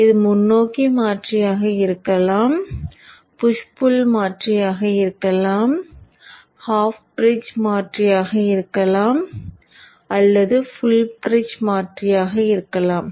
இது முன்னோக்கி மாற்றியாக இருக்கலாம் புஷ் புள் மாற்றியாக இருக்கலாம் பாதி பிரிட்ஜ் மாற்றியாக இருக்கலாம் அல்லது முழு பிரிட்ஜ் மாற்றியாக இருக்கலாம்